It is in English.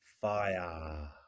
fire